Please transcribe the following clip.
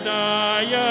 die